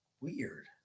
weird